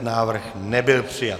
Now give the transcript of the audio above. Návrh nebyl přijat.